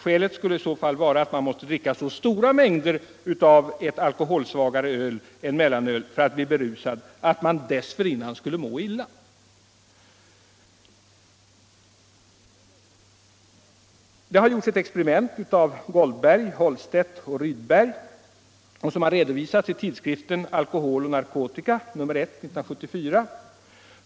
Skälet skulle i så fall vara att man måste dricka så stora mängder av ett alkoholsvagare öl än mellanöl för att bli berusad att man dessförinnan skulle må illa. Det har gjorts ett experiment av Goldberg, Holstedt och Rydberg som har redovisats i tidskriften Alkohol och narkotika, nr 1, 1974.